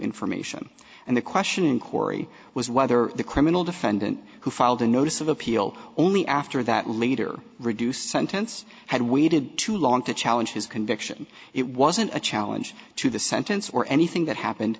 information and the question in corrie was whether the criminal defendant who filed a notice of appeal only after that later reduced sentence had waited too long to challenge his conviction it wasn't a challenge to the sentence or anything that happened